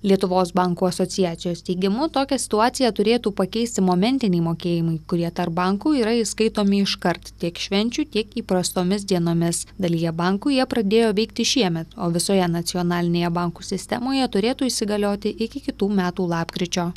lietuvos bankų asociacijos teigimu tokią situaciją turėtų pakeisti momentiniai mokėjimai kurie tarp bankų yra įskaitomi iškart tiek švenčių tiek įprastomis dienomis dalyje bankų jie pradėjo veikti šiemet o visoje nacionalinėje bankų sistemoje turėtų įsigalioti iki kitų metų lapkričio